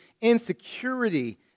insecurity